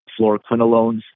fluoroquinolones